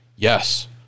yes